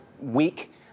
week